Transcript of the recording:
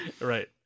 Right